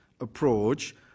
approach